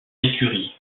l’écurie